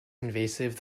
invasive